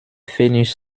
pfennig